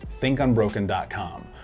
thinkunbroken.com